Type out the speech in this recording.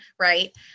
Right